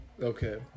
Okay